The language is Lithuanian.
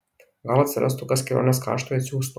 gal atsirastų kas kelionės kaštui atsiųstų